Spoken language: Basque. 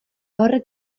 horrek